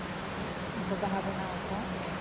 ᱵᱟᱦᱟ ᱵᱮᱱᱟᱣᱟ ᱠᱚ